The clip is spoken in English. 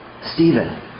Stephen